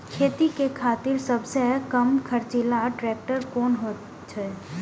खेती के खातिर सबसे कम खर्चीला ट्रेक्टर कोन होई छै?